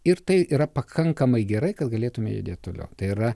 ir tai yra pakankamai gerai kad galėtume judėti toliau tai yra